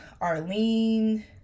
Arlene